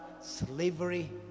slavery